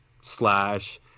slash